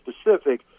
specific